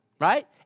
Right